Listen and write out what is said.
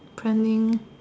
planning